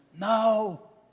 No